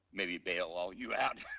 maybe bail all you out.